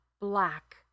black